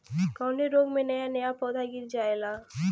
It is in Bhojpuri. कवने रोग में नया नया पौधा गिर जयेला?